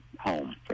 home